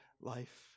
life